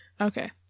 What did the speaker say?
Okay